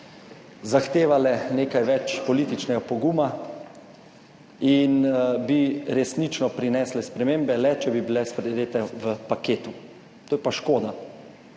zahtevale nekaj več političnega poguma in bi resnično prinesle spremembe le, če bi bile sprejete v paketu. To je pa škoda.